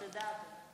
תודה,